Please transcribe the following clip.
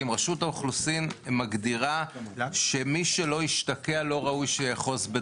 זה קופץ, שולחים לו הודעה וצריכים להינתן הסברים.